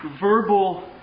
verbal